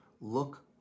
look